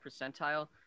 percentile